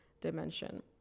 dimension